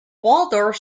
waldorf